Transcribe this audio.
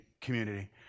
community